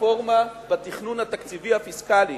הרפורמה בתכנון התקציבי הפיסקלי